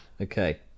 okay